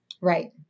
Right